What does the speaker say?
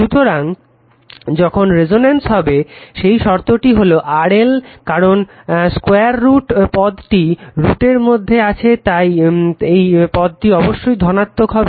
সুতরাং যখন রেজোন্যান্স হবে সেই শর্তটি হলো RL কারণ 2 √ পদটি √ এর মধ্যে আছে এই পদটিকে অবশ্যই ধনাত্মক হতে হবে